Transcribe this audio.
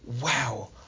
wow